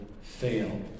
fail